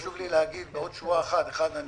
חשוב לי להגיד בעוד שורה אחת, אני